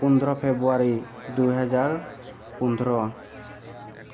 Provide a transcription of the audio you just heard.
পোন্ধৰ ফেব্ৰুৱাৰী দুহেজাৰ পোন্ধৰ